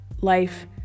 life